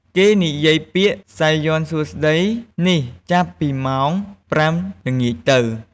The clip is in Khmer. គេនិយាយពាក្យសាយ័ន្តសួស្តីនេះ ចាប់ពីម៉ោង៥ល្ងាចទៅ។